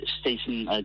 station